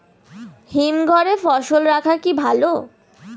হিমঘরে ফসল রাখা কি ভালো?